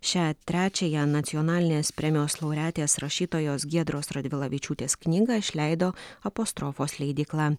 šią trečiąją nacionalinės premijos laureatės rašytojos giedros radvilavičiūtės knygą išleido apostrofos leidykla